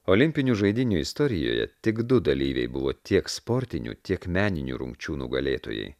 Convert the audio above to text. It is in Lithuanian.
olimpinių žaidynių istorijoje tik du dalyviai buvo tiek sportinių tiek meninių rungčių nugalėtojai